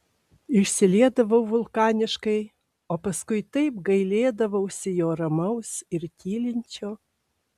išsiliedavau vulkaniškai o paskui taip gailėdavausi jo ramaus ir tylinčio